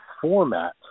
format